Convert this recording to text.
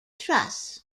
truss